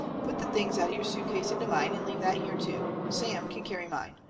put the things out of your suit case into mine, and leave that here too. sam can carry mine.